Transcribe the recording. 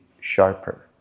sharper